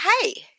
hey